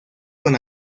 con